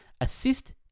Assist